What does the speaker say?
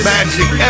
Magic